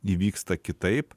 įvyksta kitaip